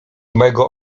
mojego